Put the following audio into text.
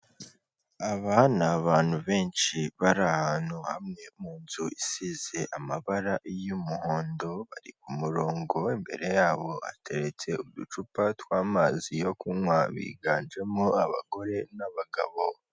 Aba ni abantu benshi bari ahantu hamwe mu nzu isize amabara y'umuhondo, bari ku murongo, imbere yabo hateretse uducupa tw'amazi yo kunywa, biganjemo abagore n'abagabo.